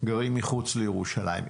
גרים מחוץ לירושלים?